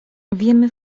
wiemy